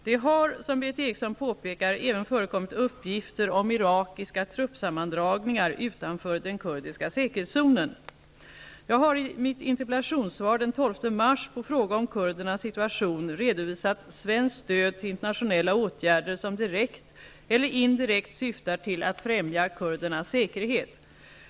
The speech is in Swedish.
Det har, som Berith Eriksson påpekar, även förekommit uppgifter om irakiska truppsammandragningar utanför den kurdiska säkerhetszonen. Jag har i mitt interpellationssvar den 12 mars på fråga om kurdernas situation redovisat svenskt stöd till internationella åtgärder som direkt eller indirekt syftar till att främja kurdernas säkerhet.